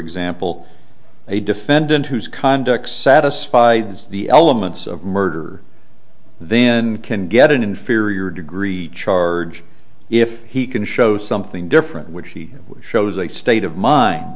example a defendant whose conduct satisfied his the elements of murder then can get an inferior degree charge if he can show something different which shows a state of mind